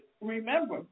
Remember